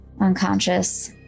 Unconscious